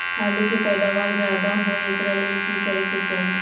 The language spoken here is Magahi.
आलु के पैदावार ज्यादा होय एकरा ले की करे के चाही?